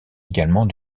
également